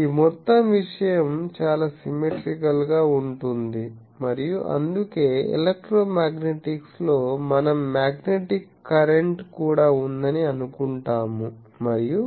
ఈ మొత్తం విషయం చాలా సిమెట్రీకల్ గా ఉంటుంది మరియు అందుకే ఎలక్ట్రో మ్యాగ్నెటిక్స్ లో మనం మ్యాగ్నెటిక్ కరెంట్ కూడా ఉందని అనుకుంటాము మరియు